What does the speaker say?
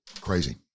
Crazy